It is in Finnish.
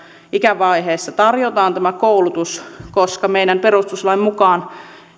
ikävaiheessa tämä koulutus koska meidän perustuslain mukaan